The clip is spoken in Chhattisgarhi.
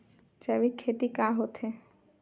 जैविक खेती ह का होथे?